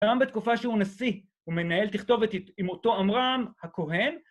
גם בתקופה שהוא נשיא הוא מנהל תכתובת עם אותו עמרם הכהן